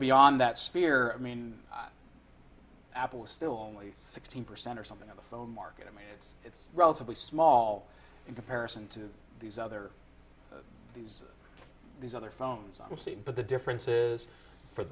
beyond that sphere i mean apple still only sixteen percent or something of the phone market i mean it's it's relatively small in comparison to these other there's other phones but the differences for